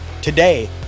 Today